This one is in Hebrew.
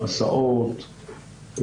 הסעות,